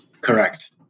Correct